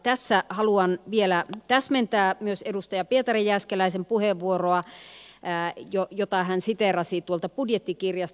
tässä haluan vielä täsmentää myös edustaja pietari jääskeläisen puheenvuoroa kun hän siteerasi tuolta budjettikirjasta